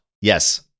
Yes